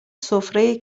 سفره